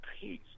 peace